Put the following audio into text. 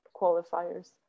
qualifiers